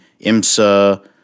IMSA